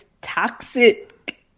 toxic